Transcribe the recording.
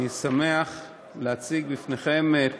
אני שמח להציג בפניכם את